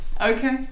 Okay